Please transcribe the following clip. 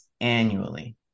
annually